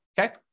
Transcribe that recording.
okay